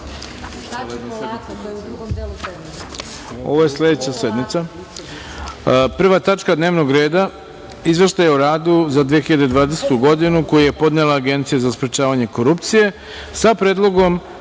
Ovo je sledeća sednica. Prva tačka dnevnog reda – Izveštaj o radu za 2020. godinu, koji je podnela Agencija za sprečavanje korupcije, sa Predlogom